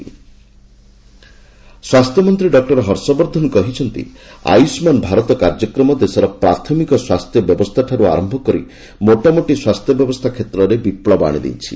ଆୟୁଷ୍ମାନ୍ ଭାରତ ସ୍ୱାସ୍ଥ୍ୟ ମନ୍ତ୍ରୀ ଡକ୍କର ହର୍ଷବର୍ଦ୍ଧନ କହିଛନ୍ତି ଆୟୁଷ୍ମାନ୍ ଭାରତ କାର୍ଯ୍ୟକ୍ରମ ଦେଶର ପ୍ରାଥମିକ ସ୍ୱାସ୍ଥ୍ୟ ବ୍ୟବସ୍ଥାଠାରୁ ଆରମ୍ଭ କରି ମୋଟା ମୋଟି ସ୍ୱାସ୍ଥ୍ୟ ବ୍ୟବସ୍ଥା କ୍ଷେତ୍ରରେ ବିପ୍ଲବ ଆଶିଦେଇଛି